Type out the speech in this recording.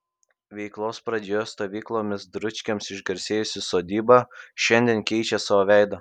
veiklos pradžioje stovyklomis dručkiams išgarsėjusi sodyba šiandien keičia savo veidą